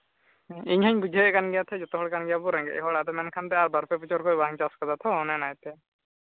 ᱤᱧ ᱦᱚᱧ ᱵᱩᱡᱷᱟᱹᱣᱮᱫ ᱠᱟᱱ ᱜᱮᱭᱟ ᱛᱚ ᱡᱚᱛᱚ ᱦᱚᱲ ᱠᱟᱱ ᱜᱮᱭᱟ ᱵᱚᱱ ᱨᱮᱸᱜᱮᱡ ᱦᱚᱲ ᱢᱮᱱᱠᱷᱟᱱ ᱫᱚ ᱟᱨ ᱵᱟᱨ ᱯᱮ ᱵᱚᱪᱷᱚᱨ ᱵᱟᱝ ᱪᱟᱥ ᱠᱟᱫᱟ ᱛᱷᱚ ᱤᱱᱟᱹᱛᱮ